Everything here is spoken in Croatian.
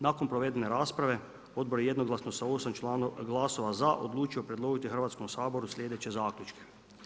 Nakon provedene rasprave, odbor je jednoglasno sa osam glasova za odlučio predložiti Hrvatskom saboru slijedeće zaključke.